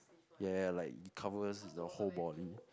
ya ya like it covers the whole body